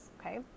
okay